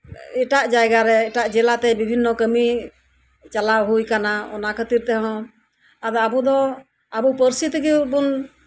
ᱮᱴᱟᱜ ᱡᱟᱭᱜᱟᱨᱮ ᱮᱴᱟᱜ ᱡᱟᱭᱜᱟᱛᱮ ᱠᱟᱹᱢᱤ ᱪᱟᱞᱟᱣ ᱦᱩᱭ ᱠᱟᱱᱟ ᱚᱱᱟ ᱠᱷᱟᱹᱛᱤᱨ ᱛᱮ ᱟᱵᱚᱦᱚᱸ ᱟᱵᱚ ᱯᱟᱹᱨᱥᱤ ᱛᱮᱜᱮ ᱵᱚᱱ